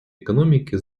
економіки